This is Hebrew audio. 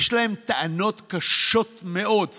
יש להם טענות קשות מאוד.